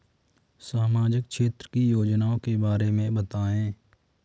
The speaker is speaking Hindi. सामाजिक क्षेत्र की योजनाओं के बारे में बताएँ?